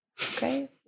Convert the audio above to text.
Okay